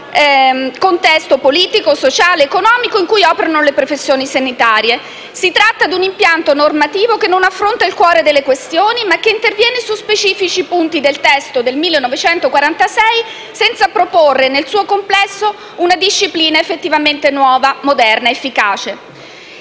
mutato contesto politico, sociale ed economico in cui operano le professioni sanitarie. Si tratta di un impianto normativo che non affronta il cuore delle questioni, ma che interviene su specifici punti del testo del 1946 senza proporre nel suo complesso una disciplina effettivamente nuova, moderna ed efficace.